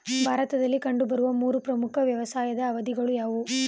ಭಾರತದಲ್ಲಿ ಕಂಡುಬರುವ ಮೂರು ಪ್ರಮುಖ ವ್ಯವಸಾಯದ ಅವಧಿಗಳು ಯಾವುವು?